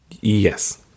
Yes